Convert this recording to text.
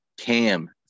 Cam